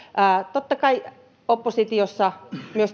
totta kai oppositiossa